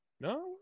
No